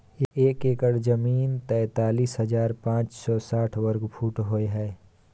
एक एकड़ जमीन तैंतालीस हजार पांच सौ साठ वर्ग फुट होय हय